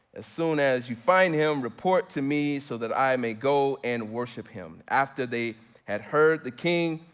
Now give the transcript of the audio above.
as soon as you find him report to me so that i may go and worship him. after they had heard the king,